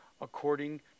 according